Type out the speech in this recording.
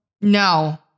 No